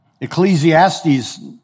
Ecclesiastes